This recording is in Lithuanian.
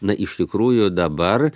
na iš tikrųjų dabar